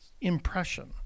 impression